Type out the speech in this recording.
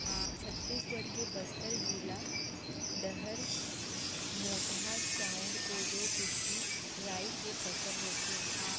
छत्तीसगढ़ के बस्तर जिला डहर मोटहा चाँउर, कोदो, कुटकी, राई के फसल होथे